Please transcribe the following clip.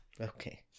Okay